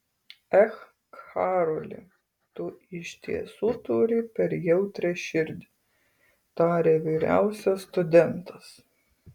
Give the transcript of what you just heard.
ech karoli tu iš tiesų turi per jautrią širdį tarė vyriausias studentas